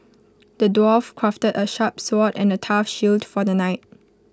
the dwarf crafted A sharp sword and A tough shield for the knight